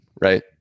Right